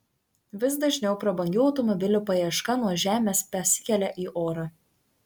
vis dažniau prabangių automobilių paieška nuo žemės pasikelia į orą